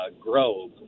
grove